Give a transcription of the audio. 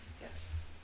Yes